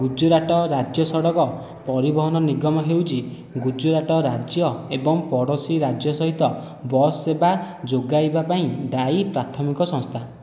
ଗୁଜୁରାଟ ରାଜ୍ୟ ସଡ଼କ ପରିବହନ ନିଗମ ହେଉଛି ଗୁଜୁରାଟ ରାଜ୍ୟ ଏବଂ ପଡ଼ୋଶୀ ରାଜ୍ୟ ସହିତ ବସ୍ ସେବା ଯୋଗାଇବା ପାଇଁ ଦାୟୀ ପ୍ରାଥମିକ ସଂସ୍ଥା